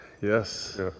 Yes